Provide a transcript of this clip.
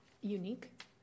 unique